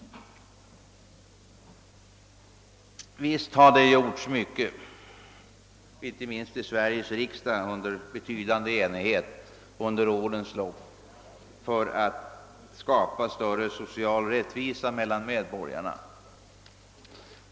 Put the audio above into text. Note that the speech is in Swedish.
Visst har det gjorts mycket, inte minst i Sveriges riksdag under betydande enighet, under årens lopp för att skapa större social rättvisa mellan medborgarna.